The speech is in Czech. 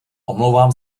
omlouvám